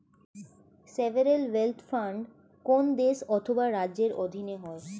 sovereign wealth fund কোন দেশ অথবা রাজ্যের অধীনে হয়